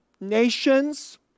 nations